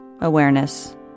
awareness